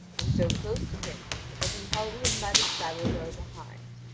and so close to him that he held him by the saddle-bow behind.